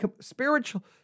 Spiritual